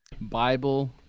Bible